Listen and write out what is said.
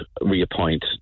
reappoint